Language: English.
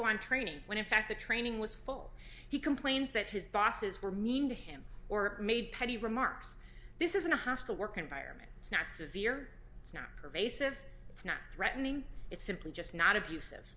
go on training when in fact the training was full he complains that his bosses were mean to him or made petty remarks this isn't a hostile work environment it's not severe it's not pervasive it's not threatening it's simply just not abusive